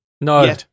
No